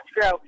grow